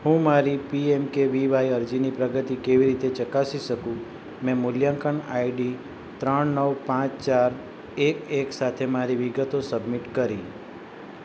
હું મારી પીએમકેવીવાય અરજીની પ્રગતિ કેવી રીતે ચકાસી શકું મેં મૂલ્યાંકન આઈડી ત્રણ નવ પાંચ ચાર એક એક સાથે મારી વિગતો સબમિટ કરી